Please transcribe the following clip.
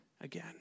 again